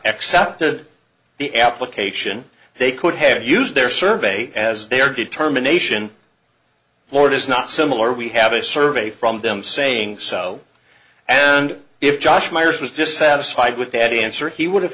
accepted the application they could have used their survey as their determination lord is not similar we have a survey from them saying so and if josh myers was dissatisfied with any answer he would have